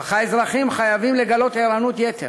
אך האזרחים חייבים לגלות ערנות יתר,